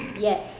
Yes